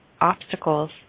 obstacles